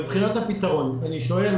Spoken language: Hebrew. מבחינת הפתרון, אני שואל